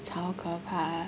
超可怕